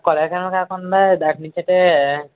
కొడైకెనాల్ కాకుండా ద అటు నుంచి అటే